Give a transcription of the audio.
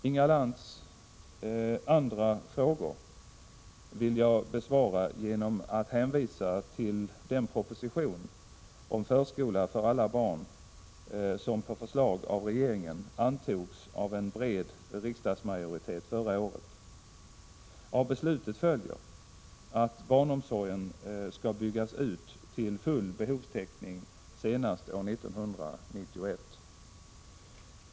Inga Lantz två andra frågor vill jag besvara genom att hänvisa till den proposition om förskola för alla barn som på förslag av regeringen antogs av en bred riksdagsmajoritet för ett år sedan. Av beslutet följer att barnomsorgen skall byggas ut till full behovstäckning senast år 1991.